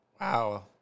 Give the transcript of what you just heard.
Wow